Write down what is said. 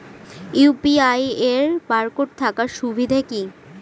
UPI এর barcode থাকার সুবিধে কি?